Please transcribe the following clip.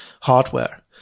hardware